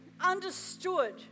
understood